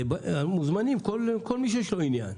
מוזמנים כל מי שיש לו עניין.